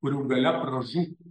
kurių galia pražuvo